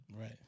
Right